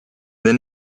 then